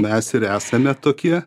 mes ir esame tokie